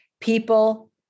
people